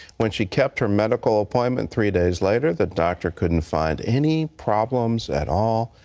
when she kept her medical appointment three days later, the doctor couldn't find any problems at all.